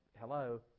hello